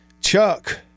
Chuck